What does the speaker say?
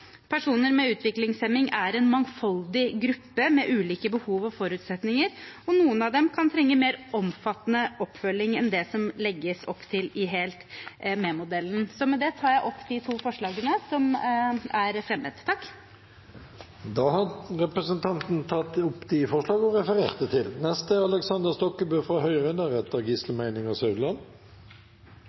Personer med utviklingshemning er en mangfoldig gruppe med ulike behov og forutsetninger, og noen av dem kan trenge mer omfattende oppfølging enn det som det legges opp til i Helt Med-modellen. Med det tar jeg opp de to forslagene som er fremmet. Representanten Tuva Moflag har tatt opp de forslagene hun refererte til.